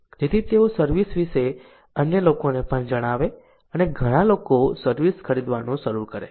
જેથી તેઓ સર્વિસ વિશે અન્ય લોકોને પણ જણાવે અને ઘણા લોકો સર્વિસ ખરીદવાનું શરૂ કરે